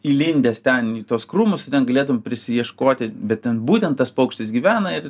įlindęs ten į tuos krūmus tu ten galėtum prisiieškoti bet ten būtent tas paukštis gyvena ir